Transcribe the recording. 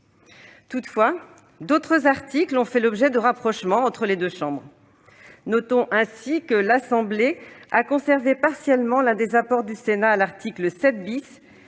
Toutefois, d'autres articles ont fait l'objet de rapprochements entre les deux chambres. Ainsi, l'Assemblée nationale a conservé partiellement l'un des apports du Sénat à l'article 7 ,